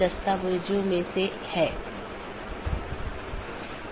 BGP एक बाहरी gateway protocol है